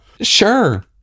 sure